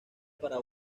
para